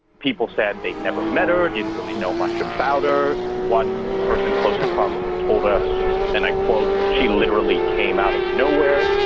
people said they'd never met or or didn't really know much about her. one person close to trump told us, and i quote, she literally came out of nowhere.